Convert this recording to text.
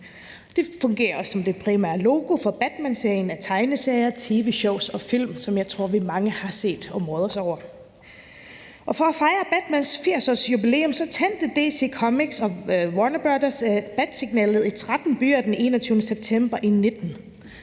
Det fungerer også som det primære logo for Batman i tegneserier, tv-shows og film, som jeg tror vi er mange der har set og moret os over. Og for at fejre Batmans 80-årsjubilæum tændte DC Comics og Warner Bros. batsignalet i 13 byer den 21. september 2019.